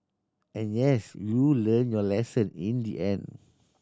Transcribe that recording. and yes you learnt your lesson in the end